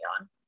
on